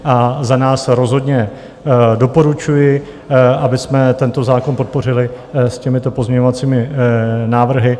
A za nás rozhodně doporučuji, abychom tento zákon podpořili s těmito pozměňovacími návrhy.